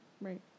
Right